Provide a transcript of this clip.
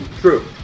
True